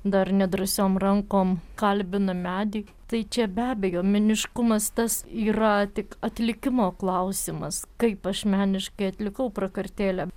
dar nedrąsiom rankom kalbina medį tai čia be abejo meniškumas tas yra tik atlikimo klausimas kaip aš meniškai atlikau prakartėlę